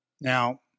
Now